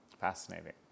Fascinating